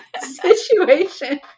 situation